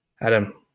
Adam